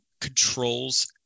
controls